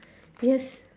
yes